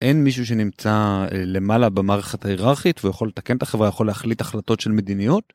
אין מישהו שנמצא למעלה במערכת ההיררכית ויכול לתקן את החברה יכול להחליט החלטות של מדיניות.